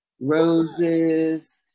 roses